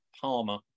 Palmer